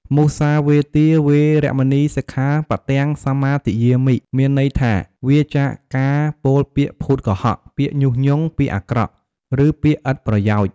មុសាវាទា វេរមណី សិក្ខាបទំ សមាទិយាមិ មានន័យថាវៀរចាកការពោលពាក្យភូតកុហក ពាក្យញុះញង់ ពាក្យអាក្រក់ ឬពាក្យឥតប្រយោជន៍។